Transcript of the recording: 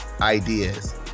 ideas